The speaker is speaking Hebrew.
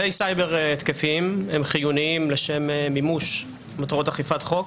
כלי סייבר התקפיים הם חיוניים לשם מימוש מטרות אכיפת החוק,